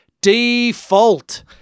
default